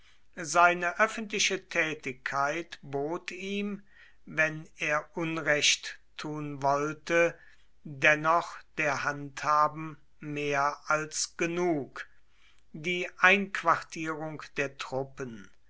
seine öffentliche tätigkeit bot ihm wenn er unrecht tun wollte dennoch der handhaben mehr als genug die einquartierung der truppen